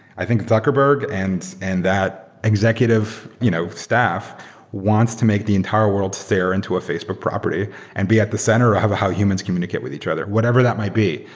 i think zuckerberg and and that executive you know staff wants to make the entire world stare into a facebook property and be at the center of how humans communicate with each other. whatever that might be,